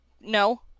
no